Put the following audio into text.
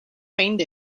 find